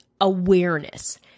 awareness